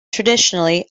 traditionally